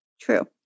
True